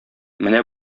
менә